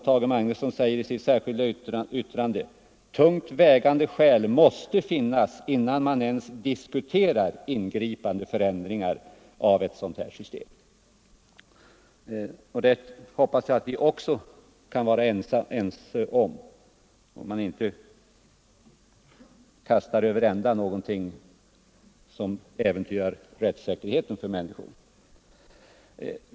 Tage Magnusson säger i sitt särskilda yttrande: ”Tungt vägande skäl måste finnas innan man ens diskuterar ingripande förändringar av ett sådant system.” Jag hoppas att vi också kan vara ense om att man inte kan kasta ett pensionssystem över ända så att man äventyrar rättssäkerheten för människor.